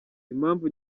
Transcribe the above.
impamvu